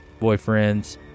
boyfriends